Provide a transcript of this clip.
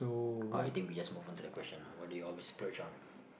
uh I think we just move on to the question lah what do you always splurge on